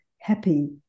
happy